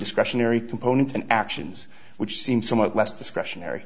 discretionary component and actions which seem somewhat less discretionary